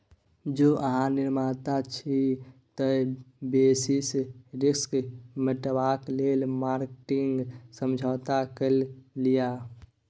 जौं अहाँ निर्माता छी तए बेसिस रिस्क मेटेबाक लेल मार्केटिंग समझौता कए लियौ